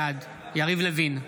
בעד יריב לוין,